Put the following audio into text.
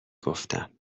گفتم